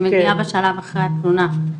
היא מגיעה בשלב אחרי התלונה,